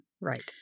Right